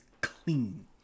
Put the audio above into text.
clean